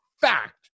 fact